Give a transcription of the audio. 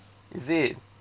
is it